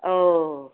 औ